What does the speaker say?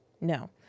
No